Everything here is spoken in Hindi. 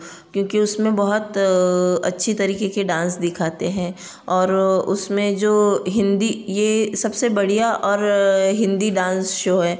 क्योंकि उसमें बहुत अच्छे तरीके के डांस दिखाते हैं और उसमें जो हिंदी यह सबसे बढिया और हिंदी डांस शो है